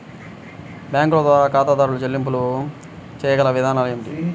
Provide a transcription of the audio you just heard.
బ్యాంకుల ద్వారా ఖాతాదారు చెల్లింపులు చేయగల విధానాలు ఏమిటి?